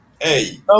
hey